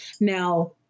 now